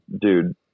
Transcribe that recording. dude